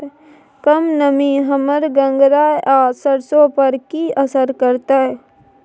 कम नमी हमर गंगराय आ सरसो पर की असर करतै?